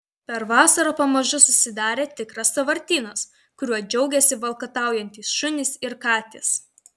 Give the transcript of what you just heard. per vasarą pamažu susidarė tikras sąvartynas kuriuo džiaugėsi valkataujantys šunys ir katės